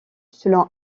selon